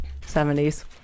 70s